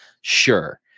Sure